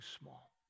small